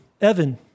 Evan